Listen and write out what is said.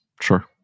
Sure